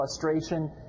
frustration